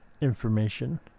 information